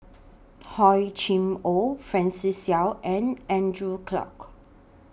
Hor Chim Or Francis Seow and Andrew Clarke